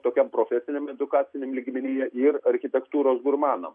tokiam profesiniam edukaciniam lygmenyje ir architektūros gurmanam